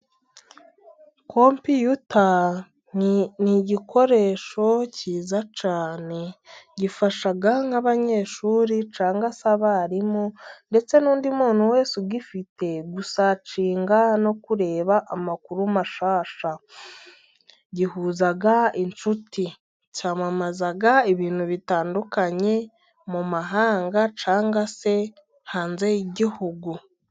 Kompiyuta ni igikoresho cyiza cyane gifasha nk'abanyeshuri cyangwa se abarimu ndetse n'undi muntu wese ugifite gusacinga no kureba amakuru mashyashya, gihuza inshuti , cyamamaza ibintu bitandukanye mu mahanga cyangwa se hanze y'igihugu.